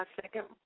second